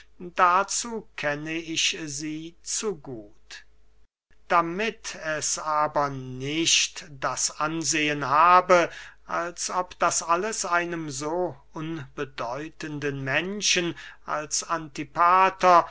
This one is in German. dazu kenne ich sie zu gut damit es aber nicht das ansehen habe als ob das alles einem so unbedeutenden menschen als antipater